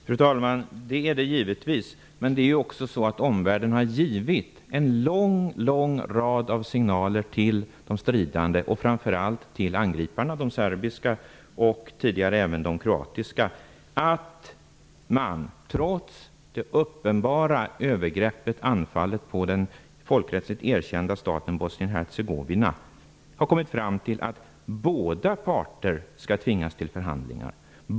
Fru talman! Givetvis är det så. Men omvärlden har givit en lång rad signaler till de stridande, framför allt de serbiska och tidigare även de kroatiska angriparna, att trots uppenbara övergrepp mot den folkrättsligt erkända staten Bosnien-Hercegovina skall båda parter tvingas till förhandlingar.